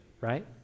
right